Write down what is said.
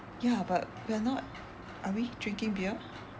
ya but we are not are we drinking beer